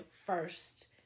first